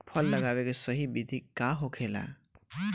फल लगावे के सही विधि का होखेला?